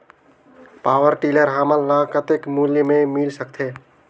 Power tiller हमन ल कतेक मूल्य मे मिल सकथे?